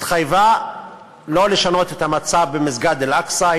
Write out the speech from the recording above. התחייבה שלא לשנות את המצב במסגד אל-אקצא.